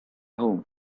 home